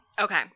Okay